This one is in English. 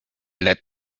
let